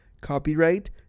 Copyright